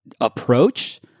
approach